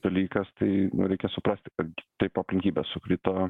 dalykas tai reikia suprasti kad taip aplinkybės sukrito